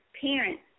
parents